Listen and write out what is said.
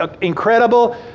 incredible